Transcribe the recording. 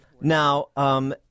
Now